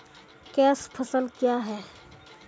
Cash फसल क्या हैं?